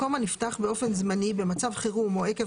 מקום הנפתח באופן זמני במצב חירום או עקב